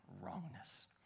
wrongness